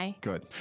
Good